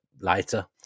later